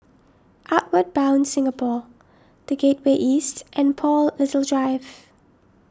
Outward Bound Singapore the Gateway East and Paul Little Drive